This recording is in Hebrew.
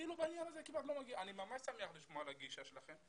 כאילו בעניין הזה כמעט שלא אני ממש שמח לשמוע על הגישה שלכם,